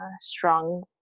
strong